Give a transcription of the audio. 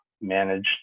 managed